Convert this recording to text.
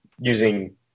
using